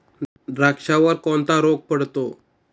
द्राक्षावर कोणता रोग पडतो?